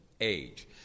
age